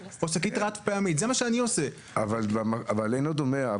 לא לכולם יש ברכב.